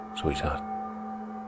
sweetheart